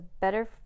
better